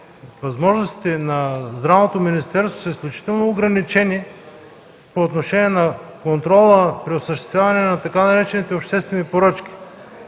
Министерството на здравеопазването са изключително ограничени по отношение на контрола при осъществяване на така наречените обществени поръчки